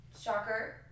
shocker